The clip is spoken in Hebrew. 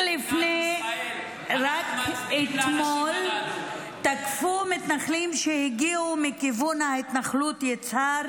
רק אתמול תקפו את הכפר עוריף מתנחלים שהגיעו מכיוון ההתנחלות יצהר,